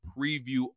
preview